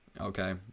Okay